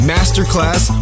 Masterclass